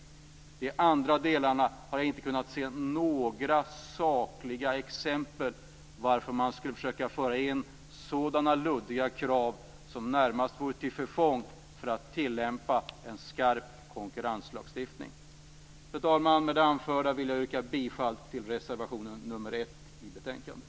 Vad gäller de andra delarna har jag inte kunnat se några sakliga exempel på varför man skall försöka föra in så luddiga krav som närmast vore till förfång när det gäller att tillämpa en skarp konkurrenslagstiftning. Fru talman! Med det anförda yrkar jag bifall till reservation nr 1 i betänkandet.